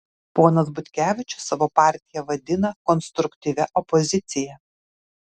ponas butkevičius savo partiją vadina konstruktyvia opozicija